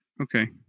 Okay